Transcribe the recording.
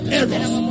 errors